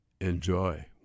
Enjoy